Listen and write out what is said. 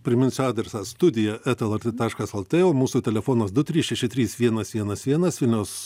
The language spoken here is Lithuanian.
priminsiu adresą studija eta lrt taškas lt mūsų telefonas du trys šeši trys vienas vienas vienas vilniaus